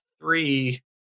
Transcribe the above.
three